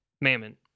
Mammon